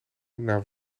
naar